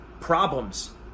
problems